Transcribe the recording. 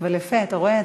אבל יפה, אתה רואה?